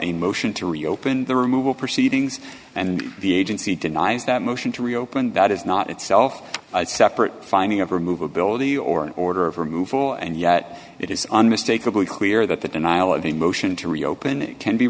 a motion to reopen the removal proceedings and the agency denies that motion to reopen that is not itself a separate finding of remove ability or an order of removal and yet it is unmistakably clear that the denial of a motion to reopen it can be